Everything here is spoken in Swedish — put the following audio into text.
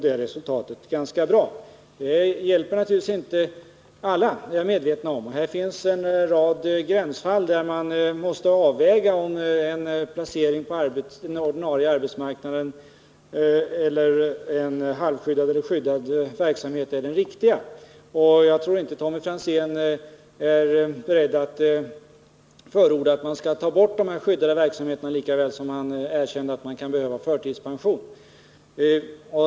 Det hjälper naturligtvis inte alla — det är jag medveten om. Det finns en rad gränsfall där man måste avväga om en placering på den ordinarie arbetsmarknaden eller i halvskyddad eller skyddad verksamhet är det riktiga. Jag tror inte Tommy Franzén är beredd att förorda att man tar bort den skyddade verksamheten; han erkänner ju att man kan behöva förtidspension.